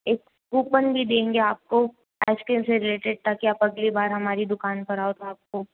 एक कूपन भी देंगे आपको आइसक्रीम से रिलेटेड ताकि आप अगली बार हमारी दुकान पर आओ तो आपको